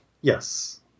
Yes